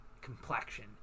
complexion